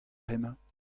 hemañ